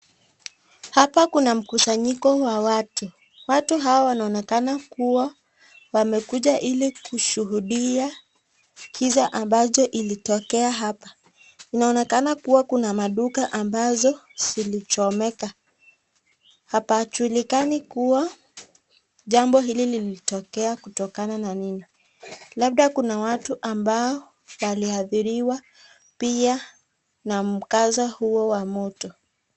Hapa kuna mkusanyiko wa watu. Watu hawa wanaonekana kuwa wamekuja ili kushuhudia kisa ambacho ilitokea hapa. Inaonekana kuwa kuna maduka ambazo zilichomeka. Hapajulikani kuwa jambo hili lilitokea kutokana na nini. Labda kuna watu ambao waliathiriwa pia na mkaza huo wa moto.